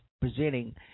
presenting